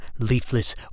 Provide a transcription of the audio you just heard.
leafless